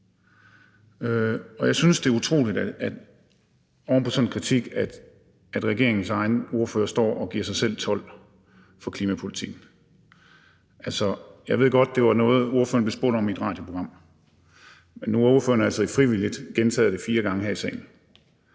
og jeg synes, det er utroligt, at regeringens egen ordfører oven på sådan en kritik står og giver sig selv 12 for klimapolitikken. Jeg ved godt, at det var noget, ordføreren blev spurgt om i et radioprogram, men nu har ordføreren altså frivilligt gentaget det fire gange her i salen.